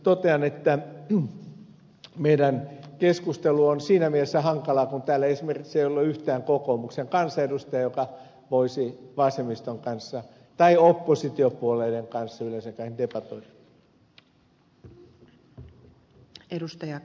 totean että meidän keskustelumme on siinä mielessä hankalaa kun täällä esimerkiksi ei ole yhtään kokoomuksen kansanedustajaa joka voisi vasemmiston kanssa tai oppositiopuolueiden kanssa yleensäkään debatoida